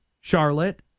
Charlotte